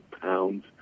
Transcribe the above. pounds